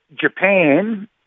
Japan